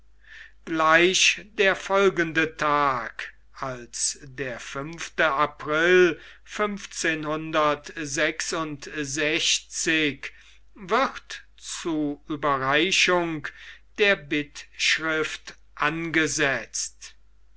gleich der folgende tag als der fünfte april wird zur ueberreichung der bittschrift angesetzt